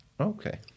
Okay